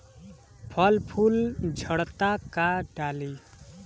फल फूल झड़ता का डाली?